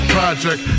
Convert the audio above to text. Project